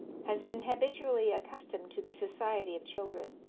has been habitually accustomed to the society of children,